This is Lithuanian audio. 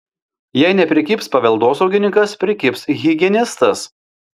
jei neprikibs paveldosaugininkas prikibs higienistas